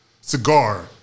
cigar